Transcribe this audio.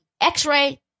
x-ray